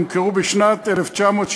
נמכרו בשנת 1961,